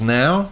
now